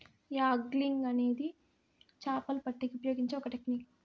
angling అనేది చాపలు పట్టేకి ఉపయోగించే ఒక టెక్నిక్